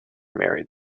married